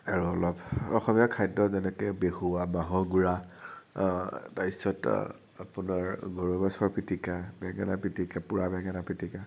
আৰু অলপ অসমীয়া খাদ্য় যেনেকৈ বেহুৱা বাঁহৰ গুৰা তাৰপিছত আপোনাৰ ৰৌ মাছৰ পিটিকা বেঙেনা পিটিকা পোৰা বেঙেনাৰ পিটিকা